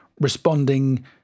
responding